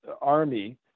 army